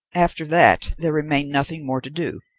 after that there remained nothing more to do,